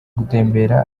gutembera